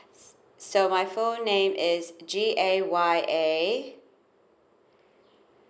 s~ so my full name is G A Y A